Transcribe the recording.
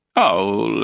oh